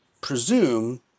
presume